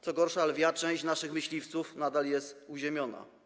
Co gorsza, lwia część naszych myśliwców nadal jest uziemiona.